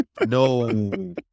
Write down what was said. No